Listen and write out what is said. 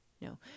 No